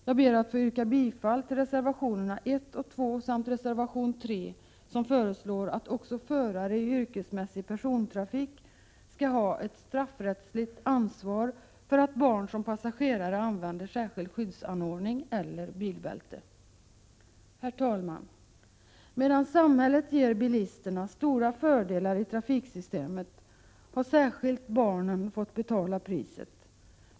Jag ber att få yrka bifall till reservationerna 1 och 2 samt till reservation 3, där det föreslås att också förare i yrkesmässig persontrafik skall ha ett straffrättsligt ansvar för att barn som passagerare använder särskild skyddsanordning eller bilbälte. Herr talman! Medan samhället ger bilisterna stora fördelar i trafiksystemet har särskilt barnen fått betala priset.